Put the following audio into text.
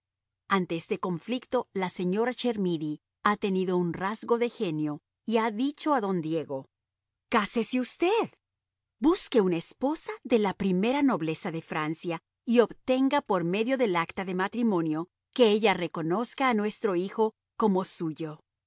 ante este conflicto la señora chermidy ha tenido un rasgo de genio y ha dicho a don diego cásese usted busque una esposa de la primera nobleza de francia y obtenga por medio del acta de matrimonio que ella reconozca a nuestro hijo como suyo